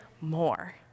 more